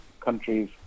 countries